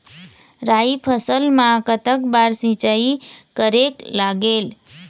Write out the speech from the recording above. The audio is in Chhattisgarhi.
राई फसल मा कतक बार सिचाई करेक लागेल?